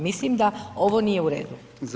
Mislim da ovo nije uredu.